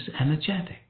energetic